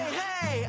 hey